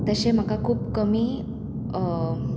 तशें म्हाका खूब कमी